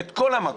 את כל המקום,